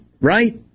right